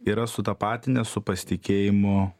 yra sutapatinę su pasitikėjimu